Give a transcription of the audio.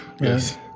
Yes